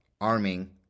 arming